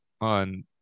on